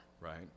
right